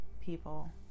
people